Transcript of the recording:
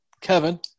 Kevin